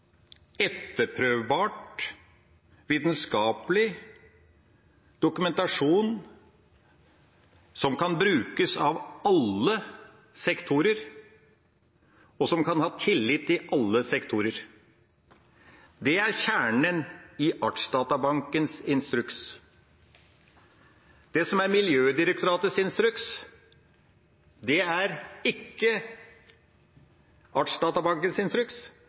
dokumentasjon som kan brukes av alle sektorer, og som kan ha tillit i alle sektorer. Det er kjernen i Artsdatabankens instruks. Det som er Miljødirektoratets instruks, er ikke Artsdatabankens